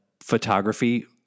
photography